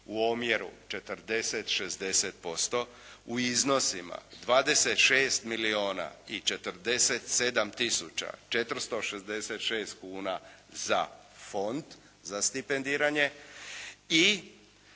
u omjeru 40:60% u iznosima 26 milijuna i 47 tisuća 466 kuna za Fond za stipendiranje i